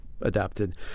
adapted